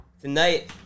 Tonight